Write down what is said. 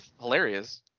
hilarious